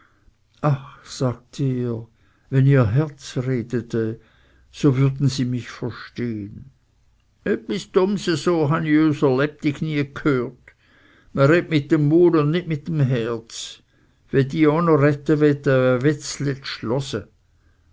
sagte er wenn ihr herz redete sie würden mich verstehen öppis dumms eso han ih üser lebelang nie ghört mi redt mit dem mul u nit mit dem herz we die